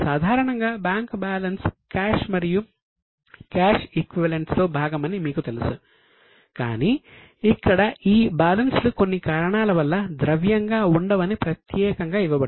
other non current liabilities ఇది NCL అవుతుంది